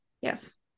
Yes